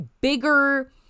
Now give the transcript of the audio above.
bigger